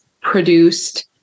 produced